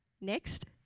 next